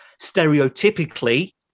stereotypically